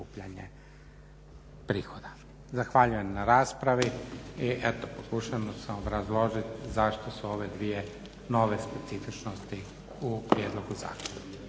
Zahvaljujem na raspravi i eto pokušao sam obrazložiti zašto su ove dvije nove specifičnosti u prijedlogu zakona.